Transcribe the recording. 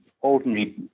ordinary